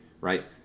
right